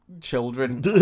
children